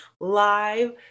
live